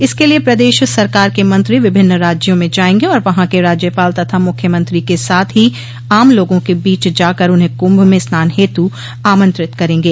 इसके लिये प्रदेश सरकार के मंत्री विभिन्न राज्यों में जायेंगे और वहां के राज्यपाल तथा मुख्यमंत्री के साथ ही आम लोगों क बीच जाकर उन्हें कुंभ में स्नान हेतु आमंत्रित करेंगे